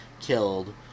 killed